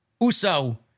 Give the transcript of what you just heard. Uso